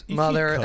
mother